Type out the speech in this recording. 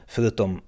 Förutom